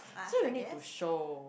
so you need to show